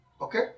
Okay